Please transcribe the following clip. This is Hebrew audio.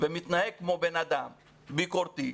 ומתנהג כמו בן-אדם ביקורתי,